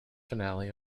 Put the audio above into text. finale